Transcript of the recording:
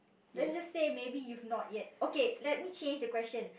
let's just say maybe if you not yet okay let me change the question